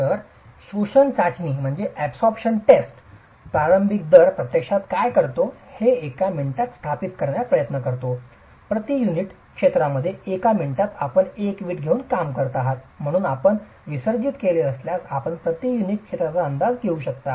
तर शोषण चाचणीचा प्रारंभिक दर प्रत्यक्षात काय करतो हे एका मिनिटात स्थापित करण्याचा प्रयत्न करतो प्रति युनिट क्षेत्रामध्ये 1 मिनिटात आपण एक वीट घेऊन काम करीत आहात म्हणून आपण विसर्जित केले असल्यास आपण प्रति युनिट क्षेत्राचा अंदाज घेऊ शकता